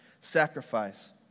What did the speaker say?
sacrifice